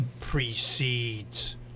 precedes